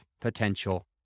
potential